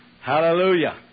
Hallelujah